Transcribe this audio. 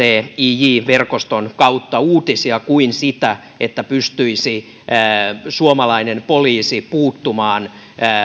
icij verkoston kautta uutisia kuin sitä että pystyisi suomalainen poliisi puuttumaan